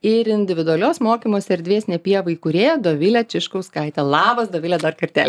ir individualios mokymosi erdvės ne pieva įkūrėją dovilę čiškauskaitę labas dovile dar kartelį